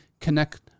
connect